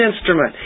instrument